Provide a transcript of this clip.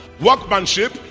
Workmanship